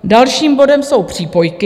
Dalším bodem jsou přípojky.